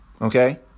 okay